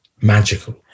magical